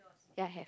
ya have